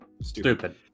stupid